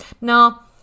Now